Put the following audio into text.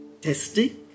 testing